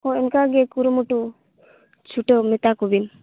ᱦᱳᱭ ᱚᱱᱠᱟᱜᱮ ᱠᱩᱨᱩᱢᱩᱴᱩ ᱪᱷᱩᱴᱟᱹᱜ ᱢᱮᱛᱟ ᱠᱚᱵᱤᱱ